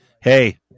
hey